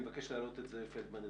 אני מבקש להעלות את זאב פלדמן,